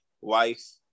wife